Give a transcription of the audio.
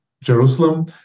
Jerusalem